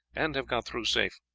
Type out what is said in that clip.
and have got through safe.